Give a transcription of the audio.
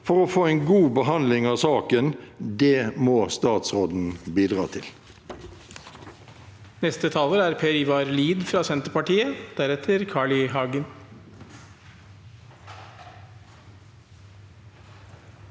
for å få en god behandling av saken. Det må statsråden bidra til.